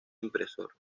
impresor